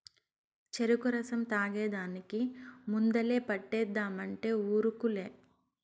చెరుకు రసం తాగేదానికి ముందలే పంటేద్దామంటే ఉరుకులే